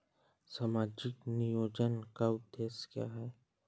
सामाजिक नियोजन का उद्देश्य क्या है?